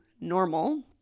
normal